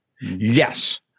yes